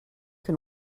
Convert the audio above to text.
can